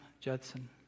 Judson